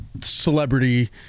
celebrity